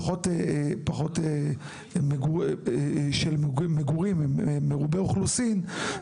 פחות של מגורים מרובי אוכלוסין,